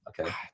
okay